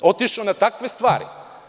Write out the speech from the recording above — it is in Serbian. Otišao na takve stvari.